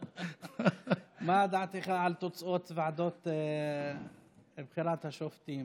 מה דעתך על תוצאות הוועדה לבחירת השופטים?